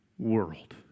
world